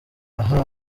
aha